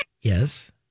Yes